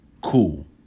Cool